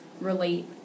relate